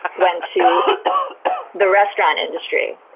went to the restaurant industry.